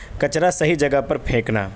کچرا صحیح جگہ پر پھینکنا